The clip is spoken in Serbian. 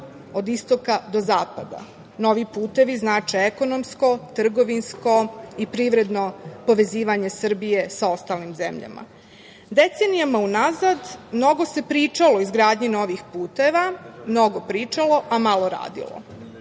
od istoka do zapada. Novi putevi znače ekonomsko, trgovinsko i privredno povezivanje Srbije sa ostalim zemljama. Decenijama unazad mnogo se pričalo o izgradnji novih puteva, mnogo pričalo, a malo radilo.